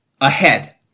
ahead